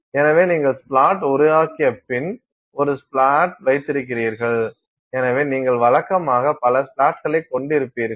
எனவே நீங்கள் ஸ்ப்ளாட் உருவாக்கிய பின் ஒரு ஸ்ப்ளாட் வைத்திருக்கிறீர்கள் எனவே நீங்கள் வழக்கமாக பல ஸ்ப்ளேட்களைக் கொண்டிருப்பீர்கள்